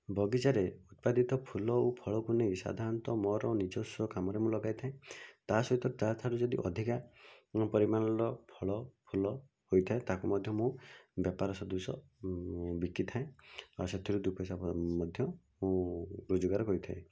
ବଗିଚାରେ ଉତ୍ପାଦିତ ଫୁଲ ଓ ଫଳକୁ ନେଇ ସାଧାରଣତଃ ମୋର ନିଜସ୍ୱ କାମରେ ମୁଁ ଲଗାଇଥାଏ ତା'ସହିତ ତା' ଠାରୁ ଯଦି ଅଧିକା ପରିମାଣର ଫଳ ଫୁଲ ହୋଇଥାଏ ତାକୁ ମଧ୍ୟ ମୁଁ ବେପାର ସଦୃଶ ବିକିଥାଏ ଆଉ ସେଥିରୁ ଦୁଇ ପଇସା ମଧ୍ୟ ମୁଁ ରୋଜଗାର ହୋଇଥାଏ